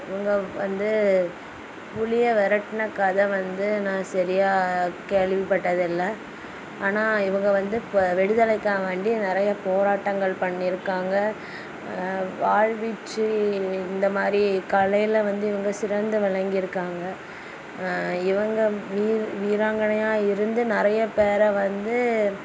இவங்க வந்து புலியை விரட்ன கதை வந்து நான் சரியா கேள்விப்பட்டதில்லை ஆனால் இவங்க வந்து இப்போ விடுதலைக்காக வேண்டி நிறைய போராட்டங்கள் பண்ணியிருக்காங்க வாள் வீச்சு இந்த மாதிரி கலையில் வந்து இவங்க சிறந்து விளங்கியிருக்காங்க இவங்க வீ வீராங்கனையாக இருந்து நிறைய பேரை வந்து